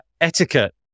etiquette